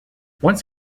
once